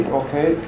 okay